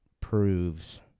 proves